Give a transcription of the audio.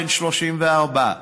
בן 34,